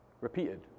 repeated